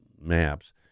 Maps